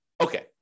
Okay